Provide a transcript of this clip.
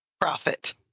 Profit